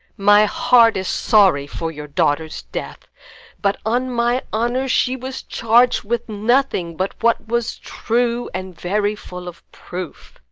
my heart is sorry for your daughter's death but, on my honour, she was charg'd with nothing but what was true and very full of proof.